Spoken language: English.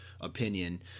opinion